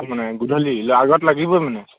মানে গধূলিৰ আগত লাগিবই মানে